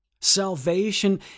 Salvation